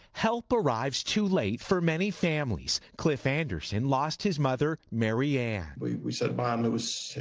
help arrives too late for many families, cliff anderson lost his mother maryann. we we said, mom,